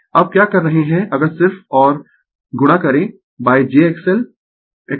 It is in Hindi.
अब क्या कर रहे है है अगर सिर्फ और गुणा करें j XL